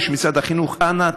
יש משרד החינוך: אנא,